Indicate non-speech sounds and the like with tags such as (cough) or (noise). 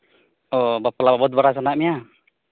ᱚ ᱵᱟᱯᱞᱟ (unintelligible) ᱵᱟᱲᱟ ᱦᱮᱱᱟᱜ ᱢᱮᱭᱟ